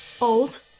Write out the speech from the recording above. Old